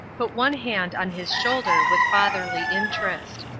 put one hand on his shoulder with fatherly interest.